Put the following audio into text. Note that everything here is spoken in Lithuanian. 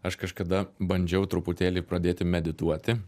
aš kažkada bandžiau truputėlį pradėti medituoti